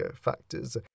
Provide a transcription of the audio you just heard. factors